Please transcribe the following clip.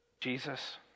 Jesus